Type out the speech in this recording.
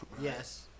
Yes